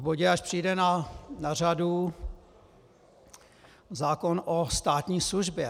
V bodě, až přijde na řadu zákon o státní službě.